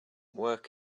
work